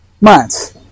months